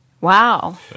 wow